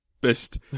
Best